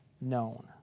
known